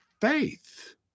faith